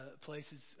places